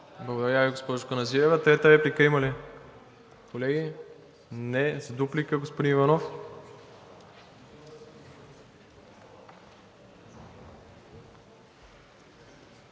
Благодаря Ви, госпожо Каназирева. Трета реплика има ли, колеги? Не. За дуплика – господин Иванов.